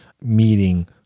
meeting